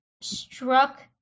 struck